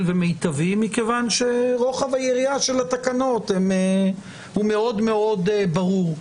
ומיטבי מכיוון רוחב היריעה של התקנות הוא מאוד מאוד ברור.